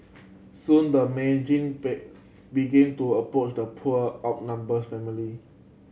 soon the began to approach the poor outnumbers family